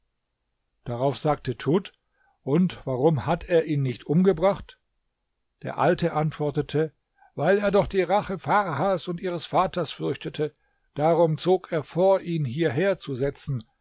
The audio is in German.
darauf sagte tud und warum hat er ihn nicht umgebracht der alte antwortete weil er doch die rache farhas und ihres vaters fürchtete darum zog er vor ihn hierher zu setzen